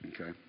Okay